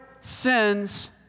sins